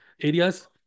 areas